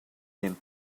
them